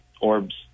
orbs